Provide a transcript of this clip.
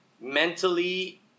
mentally